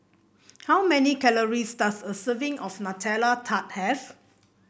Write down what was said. how many calories does a serving of Nutella Tart have